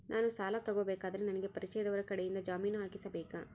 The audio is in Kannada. ನಾನು ಸಾಲ ತಗೋಬೇಕಾದರೆ ನನಗ ಪರಿಚಯದವರ ಕಡೆಯಿಂದ ಜಾಮೇನು ಹಾಕಿಸಬೇಕಾ?